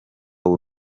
w’u